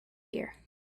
year